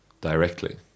directly